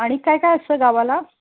आणि काय काय असतं गावाला